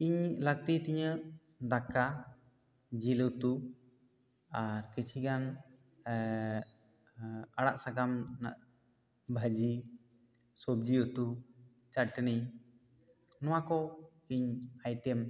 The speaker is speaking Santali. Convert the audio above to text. ᱤᱧ ᱞᱟᱹᱠᱛᱤ ᱛᱤᱧᱟᱹ ᱫᱟᱠᱟ ᱡᱤᱞ ᱩᱛᱩ ᱟᱨ ᱠᱤᱪᱷᱤ ᱜᱟᱱ ᱟᱲᱟᱜ ᱥᱟᱠᱟᱢ ᱨᱮᱱᱟᱜ ᱵᱷᱟᱹᱡᱤ ᱥᱚᱵᱡᱤ ᱩᱛᱩ ᱪᱟᱹᱴᱱᱤ ᱱᱚᱣᱟ ᱠᱚ ᱤᱧ ᱟᱭᱴᱮᱢ